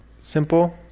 simple